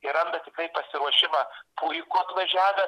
jie randa tikrai pasiruošimą puikų atvažiavę